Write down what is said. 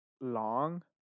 long